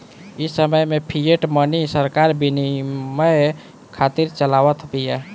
इ समय में फ़िएट मनी सरकार विनिमय खातिर चलावत बिया